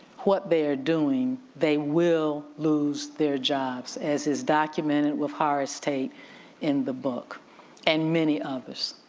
what they are doing, they will lose their jobs as is documented with higher estate in the book and many others.